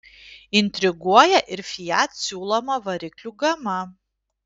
intriguoja ir fiat siūloma variklių gama